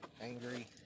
angry